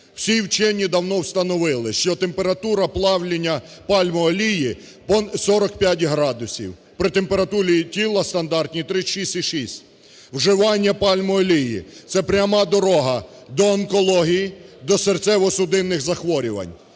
Всі вчені давно встановили, що температура плавлення пальмової олії 45 градусів. При температурі тіла стандартній 36,6 вживання пальмової олії – це пряма дорога до онкології, до серцево-судинних захворювань.